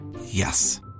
Yes